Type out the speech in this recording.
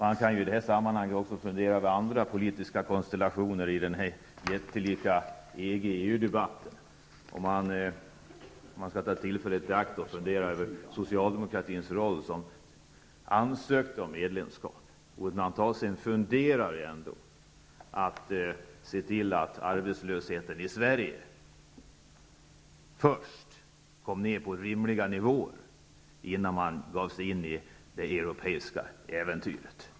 Man kan i detta sammanhang också fundera över andra politiska konstellationer i denna jättelika EG-/EU-debatt. Man bör ta tillfället i akt att fundera över socialdemokraternas roll, det var ju de som ansökte om medlemskap. Man bör åtminstone se till att arbetslösheten i Sverige först kommer ner på rimliga nivåer innan man ger sig in i det europeiska äventyret.